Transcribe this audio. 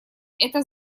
это